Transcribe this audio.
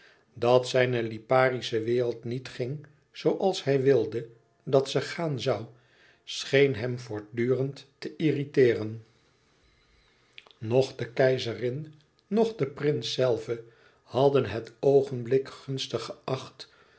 dat zijne liparische wereld niet ging zooals hij wilde dat ze gaan zoû scheen hem voortdurend te irriteeren noch de keizerin nog de prins zelve hadden het oogenblik gunstig geacht